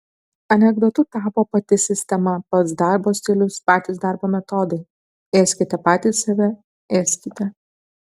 anekdotu tapo pati sistema pats darbo stilius patys darbo metodai ėskite patys save ėskite